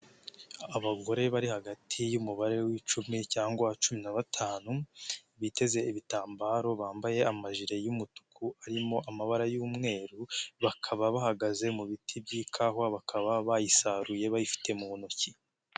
Abagore bari hagati y'umubare w'icumi cyangwa cumi na batanu, biteze ibitambaro bambaye amaji y'umutuku, arimo amabara y'umweru, bakaba bahagaze mu biti by'ikawa bakaba bayisaruye bayifite mu ntoki.